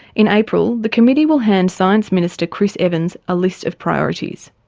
in april the committee will hand science minister chris evans a list of priorities.